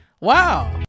Wow